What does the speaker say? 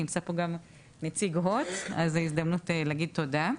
נמצא פה גם נציג הוט אז זו הזדמנות להגיד תודה.